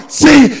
see